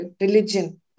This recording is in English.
religion